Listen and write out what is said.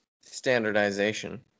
standardization